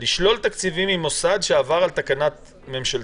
לשלול תקציבים ממוסד שעבר על תקנה ממשלתית,